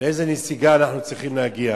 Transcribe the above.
לאיזו נסיגה אנחנו צריכים להגיע.